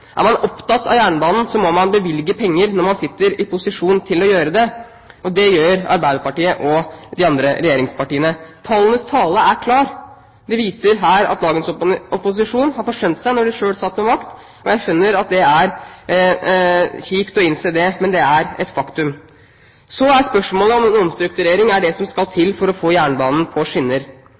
Er man opptatt av jernbanen, må man bevilge penger når man sitter i posisjon til å gjøre det, og det gjør Arbeiderpartiet og de andre regjeringspartiene. Tallenes tale er klar. Den viser her at dagens opposisjon forsømte seg da de selv satt med makt. Jeg skjønner at det er kjipt å innse det, men det er et faktum. Så er spørsmålet om en omstrukturering er det som skal til for å få jernbanen på skinner.